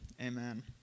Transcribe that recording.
Amen